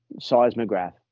seismograph